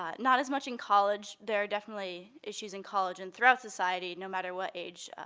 ah not as much in college. there are definitely issues in college, and throughout society, no matter what age,